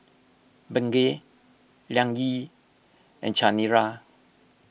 Bengay Liang Yi and Chanira